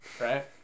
right